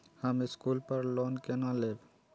हम स्कूल पर लोन केना लैब?